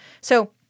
So-